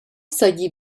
seigi